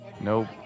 Nope